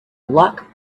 luck